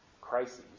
crises